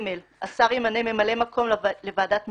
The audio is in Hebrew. השר ימנה ממלאי מקום לחברי ועדת משמעת,